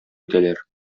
итәләр